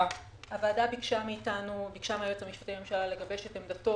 הוועדה ביקשה מהיועץ המשפטי לממשלה לגבש את עמדתו